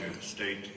state